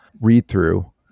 read-through